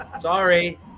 sorry